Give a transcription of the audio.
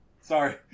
Sorry